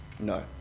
No